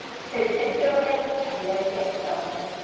so let's go ahead and let's get started.